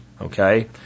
okay